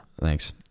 Thanks